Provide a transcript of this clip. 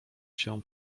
się